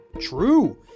true